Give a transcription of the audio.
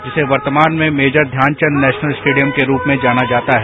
जिस वर्तमान में मेजर ध्यानचंद नेशनल स्टेडियम के रूप में जाना जाता है